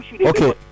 Okay